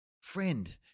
Friend